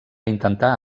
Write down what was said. intentar